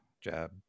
jab